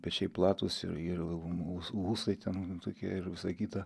pečiai platūs ir ir ū ūsai ten tokie ir visa kita